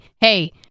hey